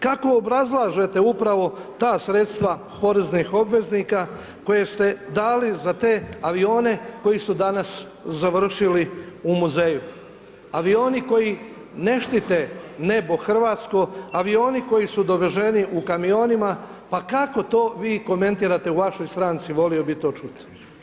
Kako obrazlažete upravo ta sredstva poreznih obveznika koje ste dali za te avione koji su danas završili u muzeju, avioni koji ne štite nebo hrvatsko, avioni koji su doveženi u kamionima, pa kako to vi komentirate u vašoj stranci, volio bi to čut.